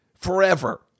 forever